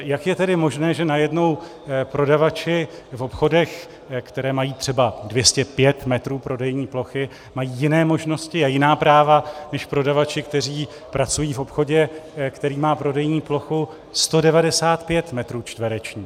Jak je tedy možné, že najednou prodavači v obchodech, které mají třeba 205 metrů prodejní plochy, mají jiné možnosti a jiná práva než prodavači, kteří pracují v obchodě, který má prodejní plochu 195 metrů čtverečních.